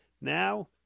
Now